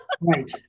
Right